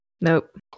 Nope